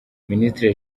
minisitiri